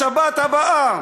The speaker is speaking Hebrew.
בשבת הבאה